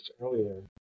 earlier